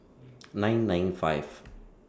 nine nine five